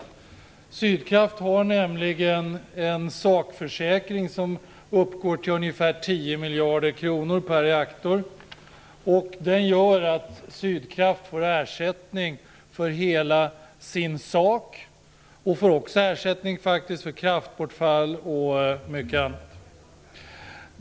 Sydkraft har nämligen en sakförsäkring som uppgår till ungefär 10 miljarder per reaktor. Den gör att Sydkraft får ersättning för hela sin sak, faktiskt också för kraftbortfall och mycket annat.